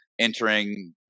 entering